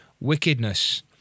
wickedness